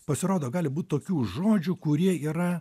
pasirodo gali būt tokių žodžių kurie yra